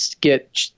get